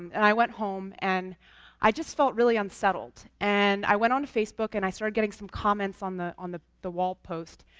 and i went home, and i just felt really unsettled. and i went on facebook, and i started getting some comments on the on the wall post,